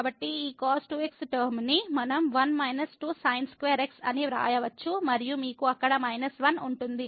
కాబట్టి ఈ cos2x term ని మనం 1 మైనస్ 2 sin2x అని వ్రాయవచ్చు మరియు మీకు అక్కడ మైనస్ 1 ఉంటుంది